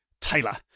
Taylor